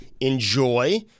enjoy